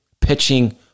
pitching